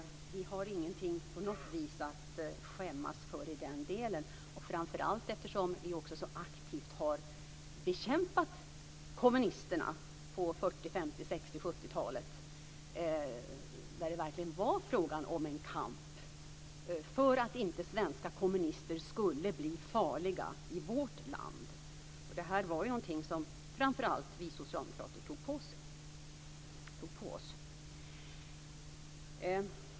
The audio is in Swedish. Vi har inte på något vis någonting att skämmas för i den delen, framför allt eftersom vi också så aktivt har bekämpat kommunisterna på 40-, 50-, 60 och 70 talet, då det verkligen var fråga om en kamp för att svenska kommunister inte skulle bli farliga i vårt land. Det här var någonting som framför allt vi socialdemokrater tog på oss.